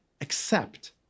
accept